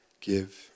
give